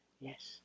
Yes